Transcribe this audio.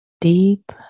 Deep